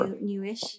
newish